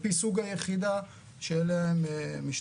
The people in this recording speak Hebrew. על פי סוג היחידה שאליה הם משתייכים.